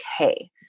okay